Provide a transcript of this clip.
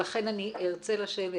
לכן אני ארצה לשבת